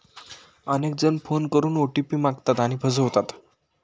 अनेक जण फोन करून ओ.टी.पी मागतात आणि फसवतात